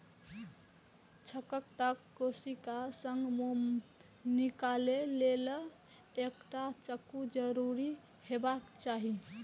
छत्ताक कोशिका सं मोम निकालै लेल एकटा चक्कू जरूर हेबाक चाही